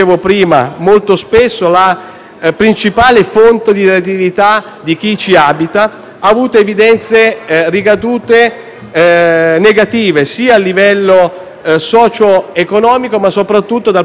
principale fonte di redditività di chi le abita, ha avuto diverse ricadute negative a livello socioeconomico, ma soprattutto dal punto di vista occupazionale.